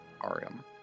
Arium